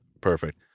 Perfect